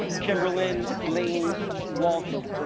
kimberlin lane walton